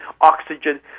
oxygen